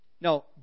no